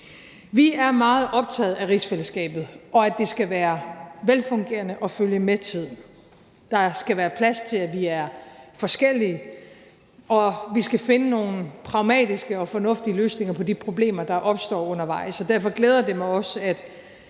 Vi er meget optaget af rigsfællesskabet og af, at det skal være velfungerende og følge med tiden. Der skal være plads til, at vi er forskellige, og vi skal finde nogle pragmatiske og fornuftige løsninger på de problemer, der opstår undervejs, og derfor glæder det mig også, at